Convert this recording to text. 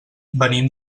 venim